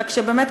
רק שבאמת,